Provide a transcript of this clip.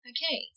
Okay